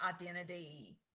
identity